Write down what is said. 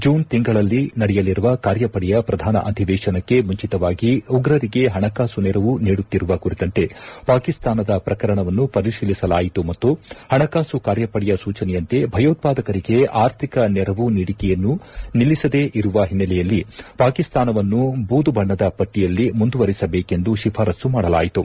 June ತಿಂಗಳಲ್ಲಿ ನಡೆಯಲಿರುವ ಕಾರ್ಯಪಡೆಯ ಪ್ರಧಾನ ಅಧಿವೇಶನಕ್ಕೆ ಮುಂಚಿತವಾಗಿ ಉಗ್ರರಿಗೆ ಹಣಕಾಸು ನೆರವು ನೀಡುತ್ತಿರುವ ಕುರಿತಂತೆ ಪಾಕಿಸ್ತಾನದ ಪ್ರಕರಣವನ್ನು ಪರಿಶೀಲಿಸಲಾಯಿತು ಮತ್ತು ಹಣಕಾಸು ಕಾರ್ಯಪಡೆಯ ಸೂಚನೆಯಂತೆ ಭಯೋತ್ಸಾದಕರಿಗೆ ಆರ್ಥಿಕ ನೆರವೂ ನೀಡಿಕೆಯನ್ನು ನಿಲ್ಲಿಸದೇ ಇರುವ ಹಿನ್ನೆಲೆಯಲ್ಲಿ ಪಾಕಿಸ್ತಾನವನ್ನು ಬೂದು ಬಣ್ಣದ ಪಟ್ಲಿಯಲ್ಲಿ ಮುಂದುವರಿಸಬೇಕೆಂದು ಶಿಫಾರಸ್ಸು ಮಾಡಲಾಯಿತು